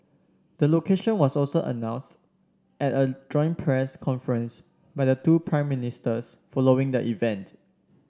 the location was also announced at a joint press conference by the two Prime Ministers following the event